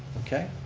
okay,